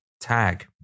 tag